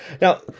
Now